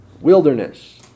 wilderness